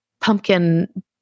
pumpkin